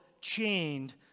chained